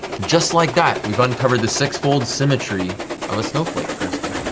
just like that, we've uncovered the six-fold symmetry of a snowflake crystal.